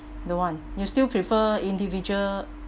don't want you still prefer individual